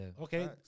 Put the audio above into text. Okay